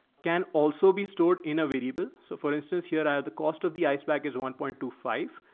can also be stored in a variable. so for instance, here i have the cost of the ice bag is one point two five.